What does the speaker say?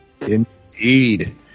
indeed